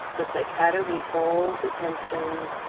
it's like how do we hold the tension,